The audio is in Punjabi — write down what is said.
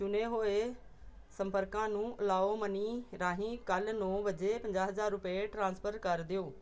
ਚੁਣੇ ਹੋਏ ਸੰਪਰਕਾ ਨੂੰ ਓਲਾਓ ਮਨੀ ਦੇ ਰਾਹੀਂ ਕੱਲ ਨੌਂ ਵਜੇ ਪੰਜਾਹ ਹਜ਼ਾਰ ਰੁਪਏ ਟ੍ਰਾਂਸਫਰ ਕਰ ਦਿਓ